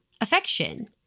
affection